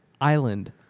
Island